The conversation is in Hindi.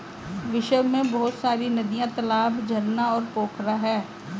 विश्व में बहुत सारी नदियां, तालाब, झरना और पोखरा है